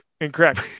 Incorrect